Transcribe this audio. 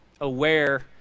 aware